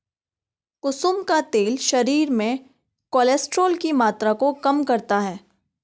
कुसुम का तेल शरीर में कोलेस्ट्रोल की मात्रा को कम करता है